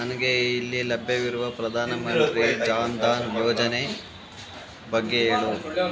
ನನಗೆ ಇಲ್ಲಿ ಲಭ್ಯವಿರುವ ಪ್ರಧಾನಮಂತ್ರಿ ಜನ್ ಧನ್ ಯೋಜನೆ ಬಗ್ಗೆ ಹೇಳು